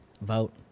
Vote